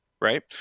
right